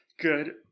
good